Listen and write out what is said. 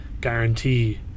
guarantee